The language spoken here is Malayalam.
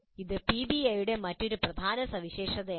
അത് പിബിഐയുടെ മറ്റൊരു പ്രധാന സവിശേഷതയാണ്